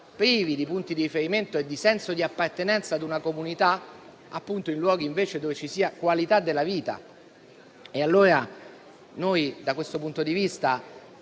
privi di punti di riferimento e di senso di appartenenza ad una comunità in luoghi dove invece ci sia qualità della vita. Da questo punto di vista,